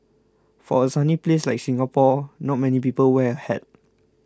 for a sunny place like Singapore not many people wear a hat